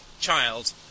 child